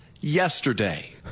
yesterday